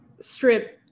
strip